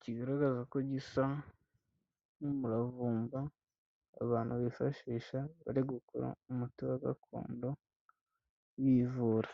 kigaragaza ko gisa n'umuravumba, abantu bifashisha bari gukora umuti wa gakondo bivura.